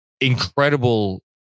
incredible